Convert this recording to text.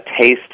taste